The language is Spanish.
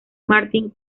martin